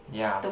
ya